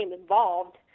involved